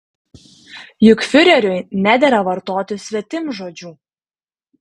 juk fiureriui nedera vartoti svetimžodžių